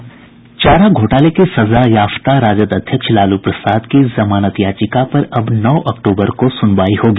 चारा घोटाले के सजायाफ्ता राजद अध्यक्ष लालू प्रसाद की जमानत याचिका पर अब नौ अक्टूबर को सुनवाई होगी